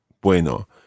Bueno